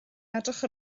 edrych